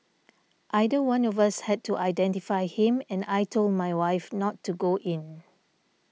either one of us had to identify him and I told my wife not to go in